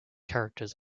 characters